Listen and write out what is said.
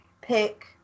pick